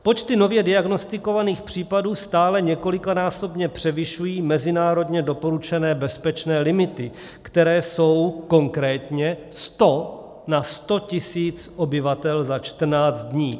Počty nově diagnostikovaných případů stále několikanásobně převyšují mezinárodně doporučené bezpečné limity, které jsou konkrétně 100 na 100 tisíc obyvatel na 14 dní.